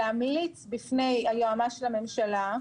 להמליץ בפני היועץ המשפטי לממשלה,